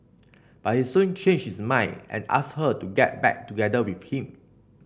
but he soon changed his mind and asked her to get back together with him